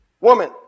Woman